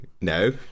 no